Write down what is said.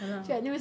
ya lah